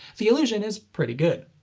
the illusion is pretty good.